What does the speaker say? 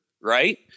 right